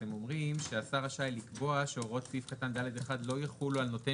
אתם אומרים שהשר רשאי לקבוע שהוראות סעיף קטן (ד1) לא יחולו על נותן